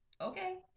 Okay